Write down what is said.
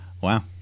Wow